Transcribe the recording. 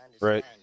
Right